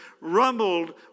rumbled